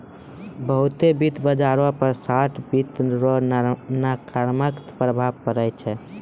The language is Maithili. बहुते वित्त बाजारो पर शार्ट वित्त रो नकारात्मक प्रभाव पड़ै छै